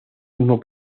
mismo